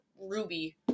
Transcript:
ruby